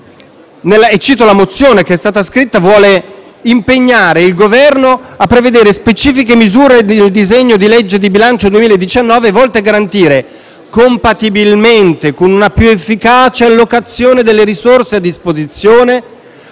- cito la mozione - vuole impegnare il Governo a prevedere specifiche misure nel disegno di legge di bilancio 2019 volte a garantire, compatibilmente con una più efficace allocazione delle risorse a disposizione,